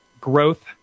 growth